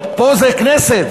פה זה כנסת,